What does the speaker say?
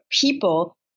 people